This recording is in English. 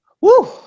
Woo